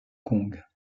kong